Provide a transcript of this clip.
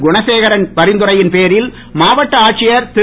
குணசேகரன் பரிந்துரையின் பேரில் மாவட்ட ஆட்சியர் திரு